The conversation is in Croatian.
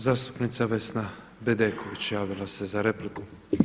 Zastupnica Vesna Bedeković javila se za repliku.